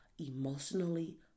emotionally